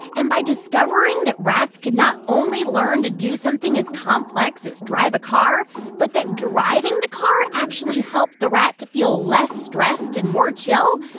and by discovering that rats could not only learn to do something as complex as drive a car but that driving the car actually helped the rat to feel less stressed and more chill,